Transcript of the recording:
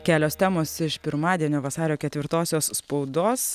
kelios temos iš pirmadienio vasario ketvirtosios spaudos